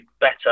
better